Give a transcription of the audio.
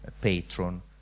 patron